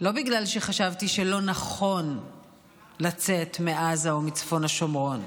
לא בגלל שחשבתי שלא נכון לצאת מעזה או מצפון השומרון.